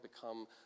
become